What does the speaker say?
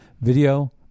video